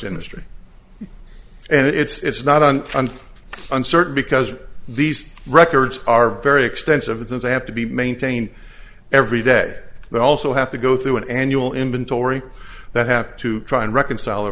industry and it's not on an uncertain because these records are very expensive it does have to be maintained every day they also have to go through an annual inventory that have to try and reconcile or